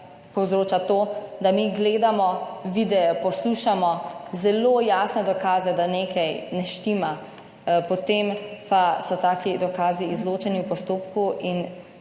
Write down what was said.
povzroča to, da mi gledamo videe, poslušamo zelo jasne dokaze, da nekaj ne štima, potem pa so taki dokazi izločeni v postopku in